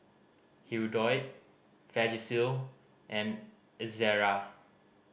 Hirudoid Vagisil and Ezerra